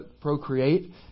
procreate